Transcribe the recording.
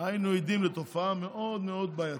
היינו עדים לתופעה מאוד מאוד בעייתית.